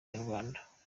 nyarwanda